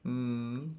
mm